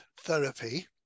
therapy